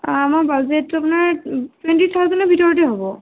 অ' আমাৰ বাজেটটো আপোনাৰ টুৱেণ্টি থাওজেণ্ডৰ ভিতৰতে হ'ব